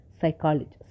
psychologist